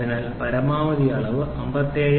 അതിനാൽ പരമാവധി അളവ് 57